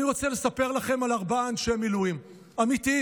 אני רוצה לספר לכם על ארבעה אנשי מילואים אמיתיים,